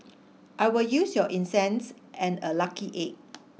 I will use your incense and a lucky egg